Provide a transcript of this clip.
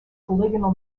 polygonal